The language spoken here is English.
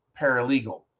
paralegal